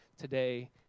today